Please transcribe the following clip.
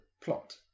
plot